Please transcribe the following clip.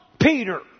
Peter